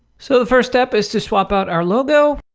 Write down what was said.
so the first step is to swap out our logo.